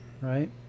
right